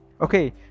Okay